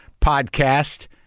podcast